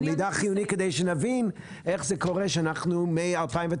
זה מידע חיוני כדי שנבין איך קורה שאנחנו משנת